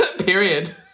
period